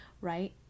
right